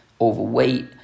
overweight